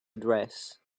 address